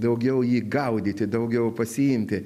daugiau jį gaudyti daugiau pasiimti